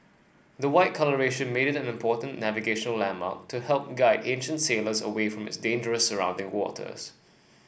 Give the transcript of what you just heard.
the white colouration made it an important navigational landmark to help guide ancient sailors away from its dangerous surrounding waters